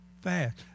Fast